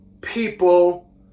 people